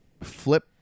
flip